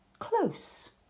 close